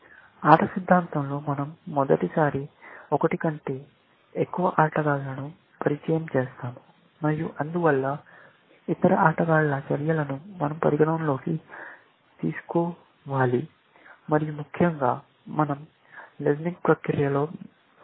ఆట సిద్ధాంతంలో మన০ మొదటిసారి ఒకటి కంటే ఎక్కువ ఆటగాళ్లను పరిచయం చేస్తాము మరియు అందువల్ల ఇతర ఆటగాళ్ల చర్యలను మనం పరిగణనలోకి తీసుకోవాలి మరియు ముఖ్యంగా మనం లిస్నింగ ప్రక్రియలో భాగం కావాలి